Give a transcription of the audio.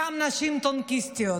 גם נשים טנקיסטיות,